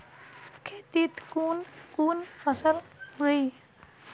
खेतीत कुन कुन फसल उगेई?